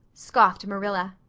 scoffed marilla.